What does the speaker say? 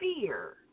fear